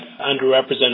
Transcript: underrepresented